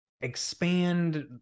expand